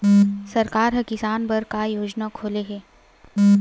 सरकार ह किसान बर का योजना खोले हे?